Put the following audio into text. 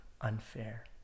unfair